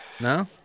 No